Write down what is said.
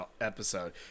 episode